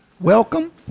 welcome